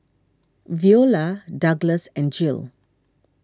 Veola Douglass and Jill